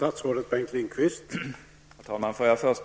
Herr talman! Jag vill först